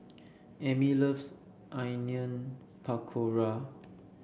Amey loves Onion Pakora